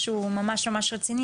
משהו ממש רציני.